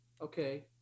okay